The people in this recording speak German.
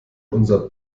unser